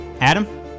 Adam